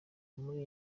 muri